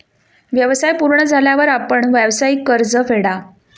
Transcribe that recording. व्यवसाय पूर्ण झाल्यावर आपण व्यावसायिक कर्ज फेडा